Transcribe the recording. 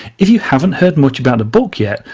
if you haven't heard much about the book yet,